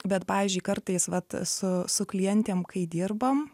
bet pavyzdžiui kartais vat su su klientėm kai dirbam